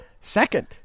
Second